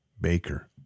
Baker